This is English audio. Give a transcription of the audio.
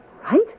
Right